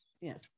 yes